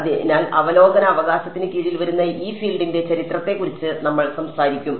അതിനാൽ അവലോകന അവകാശത്തിന് കീഴിൽ വരുന്ന ഈ ഫീൽഡിന്റെ ചരിത്രത്തെക്കുറിച്ച് നമ്മൾ സംസാരിക്കും